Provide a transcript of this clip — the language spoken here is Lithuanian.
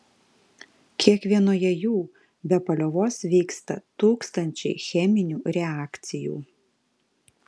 kiekvienoje jų be paliovos vyksta tūkstančiai cheminių reakcijų